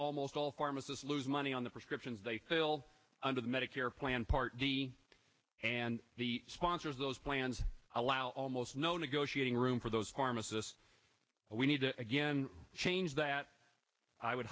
almost all pharmacists lose money on the prescriptions they fill under the medicare plan part and the sponsors those plans allow almost no negotiating room for those pharmacists and we need to again change that i would